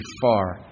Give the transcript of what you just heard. far